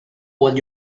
what